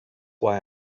why